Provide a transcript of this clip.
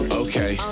okay